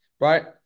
right